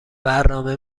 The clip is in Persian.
برنامه